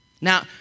Now